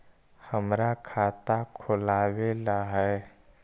हमरा खाता खोलाबे ला है?